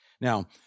Now